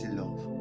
love